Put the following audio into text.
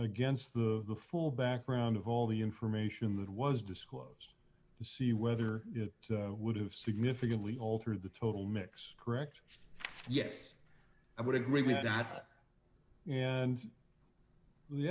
against the full background of all the information that was disclosed and see whether it would have significantly alter the total mix correct yes i would agree with that and